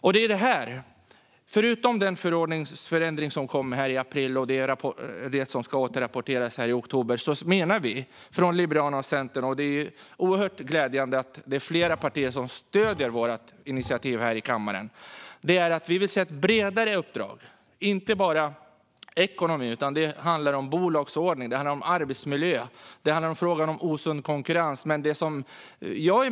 Förutom den ändring i förordningen som kom i april, som ska återrapporteras i oktober, menar vi från Liberalerna och Centern att det ska lämnas ett bredare uppdrag. Det är oerhört glädjande att flera partier i kammaren stöder vårt initiativ. Uppdraget ska inte bara handla om ekonomi utan också om bolagsordning, arbetsmiljö och osund konkurrens.